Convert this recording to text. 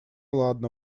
ладно